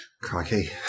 Crikey